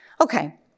Okay